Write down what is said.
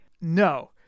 No